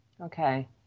okay